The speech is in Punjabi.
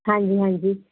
ਹਾਂਜੀ ਹਾਂਜੀ